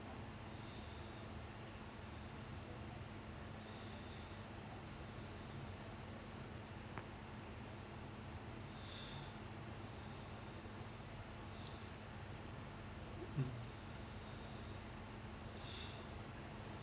mm